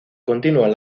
continúan